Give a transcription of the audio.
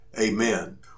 amen